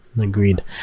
Agreed